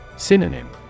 Synonym